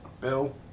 Bill